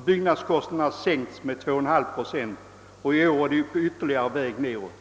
byggnadskostnaderna sänkts med 2,5 procent, och i år är de på fortsatt väg nedåt.